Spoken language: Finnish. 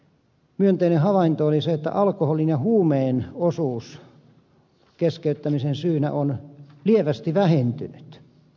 myönteinen havainto oli se että alkoholin ja huumeen osuus keskeyttämisen syynä on lievästi vähentynyt